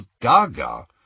gaga